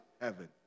heaven